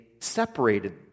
separated